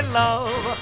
love